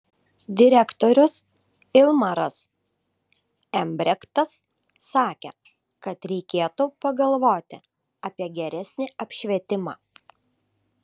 direktorius ilmaras embrektas sakė kad reikėtų pagalvoti apie geresnį apšvietimą